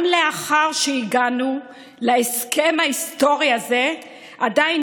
גם לאחר שהגענו להסכם ההיסטורי הזה עדיין